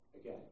again